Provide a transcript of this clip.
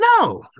no